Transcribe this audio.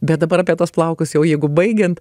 bet dabar apie tuos plaukus jau jeigu baigiant